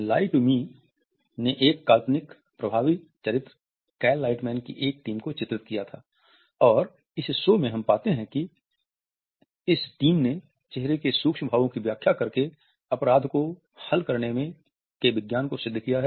लाइ to me ने एक काल्पनिक प्रभावी चरित्र कैल लाइटमैन की एक टीम को चित्रित किया था और इस शो में हम पाते हैं कि इस टीम ने चेहरे के सूक्ष्म भावों की व्याख्या करके अपराध को हल करने के विज्ञान को सिद्ध किया है